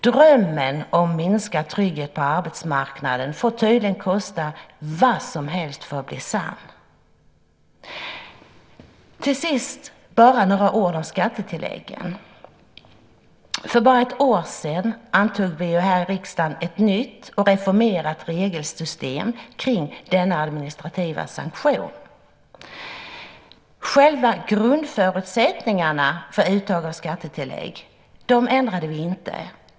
Drömmen om minskad trygghet på arbetsmarknaden får tydligen kosta vad som helst för att bli sann. Till sist vill jag säga några ord om skattetilläggen. För bara ett år sedan antog vi här i riksdagen ett nytt och reformerat regelsystem för denna administrativa sanktion. Själva grundförutsättningarna för uttag av skattetillägg ändrade vi inte.